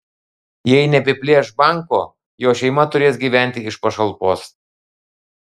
jei neapiplėš banko jo šeima turės gyventi iš pašalpos